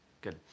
Good